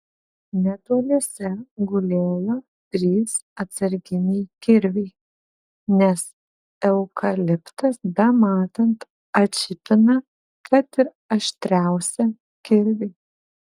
netoliese gulėjo trys atsarginiai kirviai nes eukaliptas bematant atšipina kad ir aštriausią kirvį